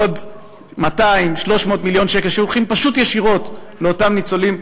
עוד 200 300 מיליון שקל שהולכים פשוט ישירות לאותם ניצולים,